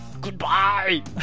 Goodbye